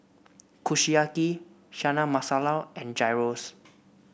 Kushiyaki Chana Masala and Gyros